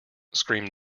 screamed